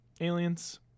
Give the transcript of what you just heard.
aliens